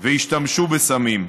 והשתמשו בסמים.